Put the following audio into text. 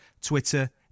Twitter